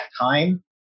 time